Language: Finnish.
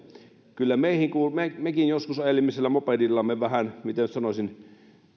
kyllä mekin joskus ajelimme sillä mopedillamme vähän miten nyt sanoisin